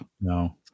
no